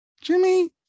Jimmy